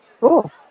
Cool